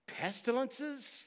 Pestilences